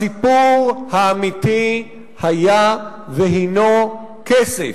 הסיפור האמיתי היה והינו כסף.